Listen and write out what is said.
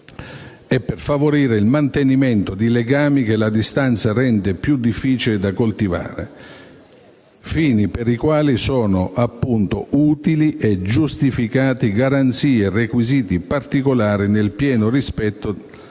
e per favorire il mantenimento di legami che la distanza rende più difficile da coltivare: fini per i quali sono, appunto, utili e giustificati garanzie e requisiti particolari nel pieno rispetto